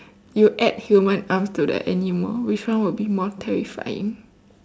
you add human arms to the animal which one would be more terrifying